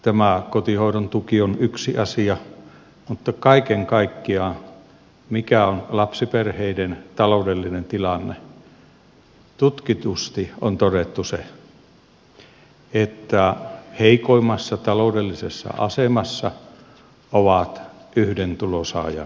tämä kotihoidon tuki on yksi asia mutta kaiken kaikkiaan siitä mikä on lapsiperheiden taloudellinen tilanne tutkitusti on todettu se että heikoimmassa taloudellisessa asemassa ovat yhden tulonsaajan lapsiperheet